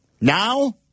Now